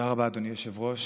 תודה רבה, אדוני היושב-ראש.